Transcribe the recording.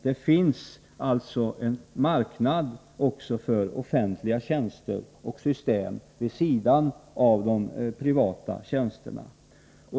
Det finns alltså en marknad också för offentliga tjänster och system vid sidan av de privata tjänsterna.